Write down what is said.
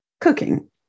cooking